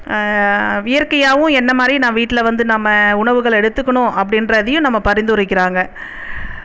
இயற்கையாகவும் என்ன மாதிரி நான் வீட்டில் வந்து நம்ம உணவுகள் எடுத்துக்கணும் அப்படிகிறதையும் நம்ம பரிந்துரைக்கிறாங்க